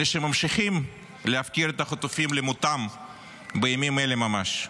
אלה שממשיכים להפקיר את החטופים למותם בימים אלה ממש.